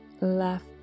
left